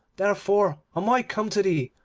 therefore am i come to thee,